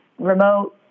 remote